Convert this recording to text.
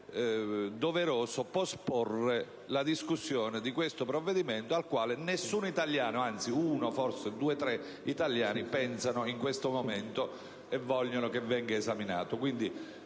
doveroso posporre la discussione di questo provvedimento al quale nessun italiano - o forse due, tre - pensano in questo momento e vogliono che venga esaminato.